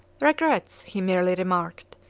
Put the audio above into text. regrets, he merely remarked,